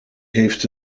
heeft